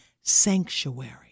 sanctuary